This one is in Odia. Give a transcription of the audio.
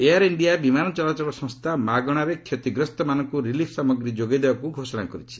ଏୟାର ଇଞ୍ଜିଆ ବିମାନ ଚଳାଚଳ ସଂସ୍କା ମାଗଣାରେ କ୍ଷତିଗ୍ରସ୍ତମାନଙ୍କ ରିଲିଫ୍ ସାମଗ୍ରୀ ଯୋଗାଇ ଦେବାକୃ ଘୋଷଣା କରିଛି